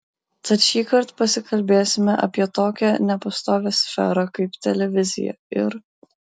tad šįkart pasikalbėsime apie tokią nepastovią sferą kaip televizija ir